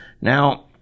Now